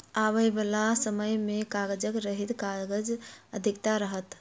आबयबाला समय मे कागज रहित काजक अधिकता रहत